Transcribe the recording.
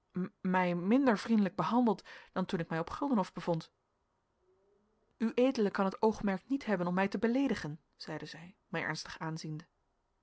mij minder vriendelijk behandelt dan toen ik mij op guldenhof bevond ued kan het oogmerk niet hebben om mij te beleedigen zeide zij mij ernstig aanziende